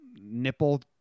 nipple